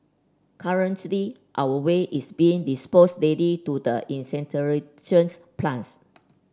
currently our way is being disposed daily to the incinerations plants